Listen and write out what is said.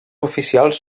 oficials